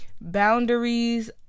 Boundaries